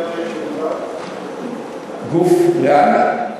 מונופוליסטי, גוף ריאלי?